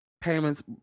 payments